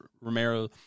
Romero